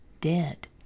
dead